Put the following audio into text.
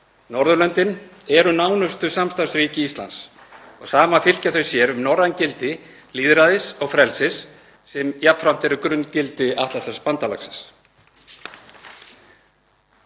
Norðurlöndin eru nánustu samstarfsríki Íslands. Saman fylkja þau sér um norræn gildi lýðræðis og frelsis sem jafnframt eru grunngildi Atlantshafsbandalagsins.